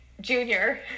Junior